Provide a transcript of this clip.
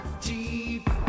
deep